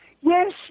Yes